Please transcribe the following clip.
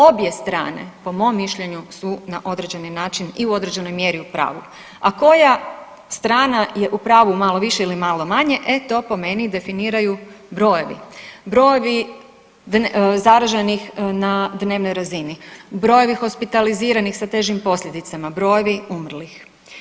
Obje strane po mom mišljenju su na određeni način i u određenoj mjeri u pravu, a koja strana je u pravu malo više ili malo manje, e to po meni definiraju brojevi, brojevi zaraženih na dnevnoj razini, brojevi hospitaliziranih sa težim posljedicama, brojevi umrlih.